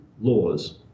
laws